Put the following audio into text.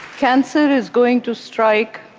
cancer is going to strike